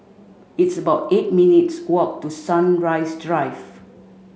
it's about eight minutes' walk to Sunrise Drive